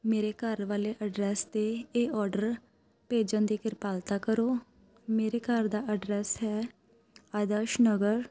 ਮੇਰੇ ਘਰ ਵਾਲੇ ਅਡਰੈਸ 'ਤੇ ਇਹ ਔਡਰ ਭੇਜਣ ਦੀ ਕਿਰਪਾਲਤਾ ਕਰੋ ਮੇਰੇ ਘਰ ਦਾ ਐਡਰੈਸ ਹੈ ਆਦਰਸ਼ ਨਗਰ